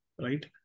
right